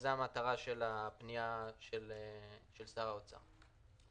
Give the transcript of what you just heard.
זו המטרה של הפנייה של שר האוצר.